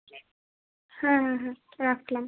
হ্যাঁ হ্যাঁ হ্যাঁ রাখলাম